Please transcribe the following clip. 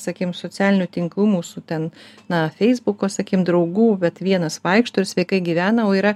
sakykim socialinių tinklų mūsų ten na feisbuko sakykim draugų vat vienas vaikšto ir sveikai gyvena o yra